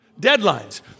Deadlines